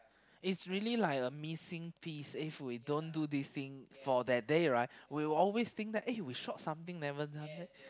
it's really like a missing piece if we don't do this thing for that day right we were always think that eh we short something never done that